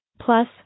Plus